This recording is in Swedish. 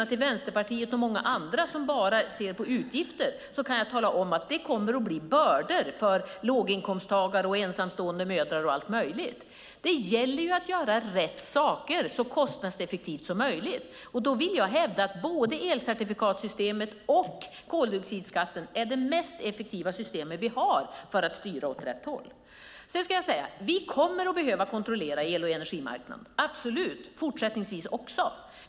Till Vänsterpartiet och andra som bara ser till utgifter kan jag säga att det kommer att bli bördor för låginkomsttagare och ensamstående mödrar. Det gäller att göra rätt saker så kostnadseffektivt som möjligt. Jag hävdar att både elcertifikatssystemet och koldioxidskatten är de mest effektiva systemen för att styra åt rätt håll. Vi kommer absolut att behöva kontrollera el och energimarknaden fortsättningsvis också.